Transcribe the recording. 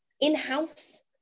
in-house